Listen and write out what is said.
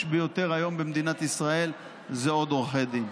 ביותר היום במדינת ישראל הוא עוד עורכי דין.